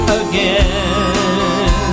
again